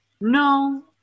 No